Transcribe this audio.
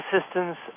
assistance